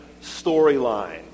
storyline